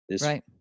Right